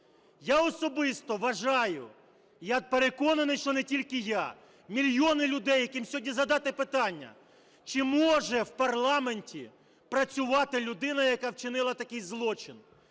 Я особисто вважаю, я переконаний, що не тільки я, мільйони людей, яким сьогодні задати питання, чи може в парламенті працювати людина, яка вчинила такий злочин,